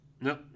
No